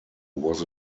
was